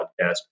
podcast